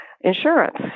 insurance